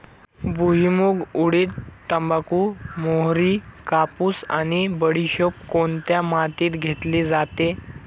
भुईमूग, उडीद, तंबाखू, मोहरी, कापूस आणि बडीशेप कोणत्या मातीत घेतली जाते?